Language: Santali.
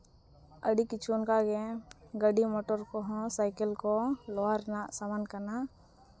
ᱟᱹᱰᱤ ᱠᱤᱪᱷᱩ ᱚᱱᱠᱟᱜᱮ ᱜᱟᱹᱰᱤ ᱢᱚᱴᱚᱨ ᱠᱚᱦᱚᱸ ᱥᱟᱭᱠᱮᱹᱞ ᱠᱚ ᱱᱚᱣᱟ ᱨᱮᱱᱟᱜ ᱥᱟᱢᱟᱱ ᱠᱟᱱᱟ